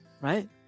right